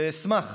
ואשמח